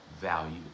value